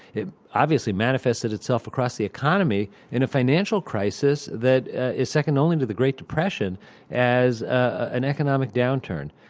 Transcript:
it obviously manifested itself across the economy in a financial crisis that is second only to the great depression as an economic downturn.